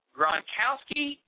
Gronkowski